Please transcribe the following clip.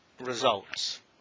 Results